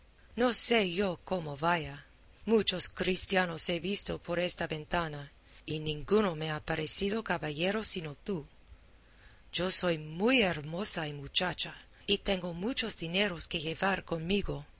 no sé yo cómo vaya muchos cristianos he visto por esta ventana y ninguno me ha parecido caballero sino tú yo soy muy hermosa y muchacha y tengo muchos dineros que llevar conmigo